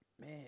Man